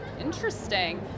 Interesting